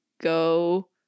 go